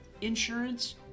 insurance